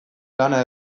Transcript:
lana